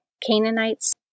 Canaanites